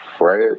right